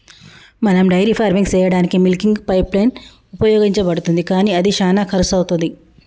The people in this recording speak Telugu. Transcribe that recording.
మనం డైరీ ఫార్మింగ్ సెయ్యదానికీ మిల్కింగ్ పైప్లైన్ ఉపయోగించబడుతుంది కానీ అది శానా కర్శు అవుతది